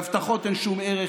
להבטחות אין שום ערך.